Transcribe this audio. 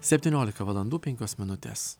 septyniolika valandų penkios minutės